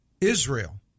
Israel